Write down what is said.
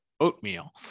oatmeal